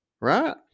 Right